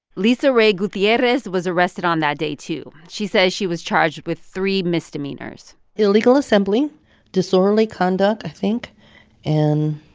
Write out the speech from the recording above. lisa rae gutierrez gutierrez was arrested on that day, too. she says she was charged with three misdemeanors illegal assembly disorderly conduct, i think and